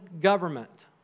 government